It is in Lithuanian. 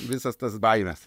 visas tas baimes